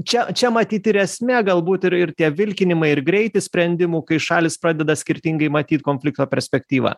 čia čia matyt ir esmė galbūt ir ir tie vilkinimai ir greitis sprendimų kai šalys pradeda skirtingai matyt konflikto perspektyvą